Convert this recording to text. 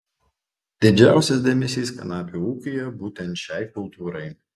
didžiausias dėmesys kanapių ūkyje būtent šiai kultūrai